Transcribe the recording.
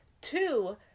Two